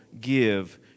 give